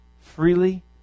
freely